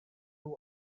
what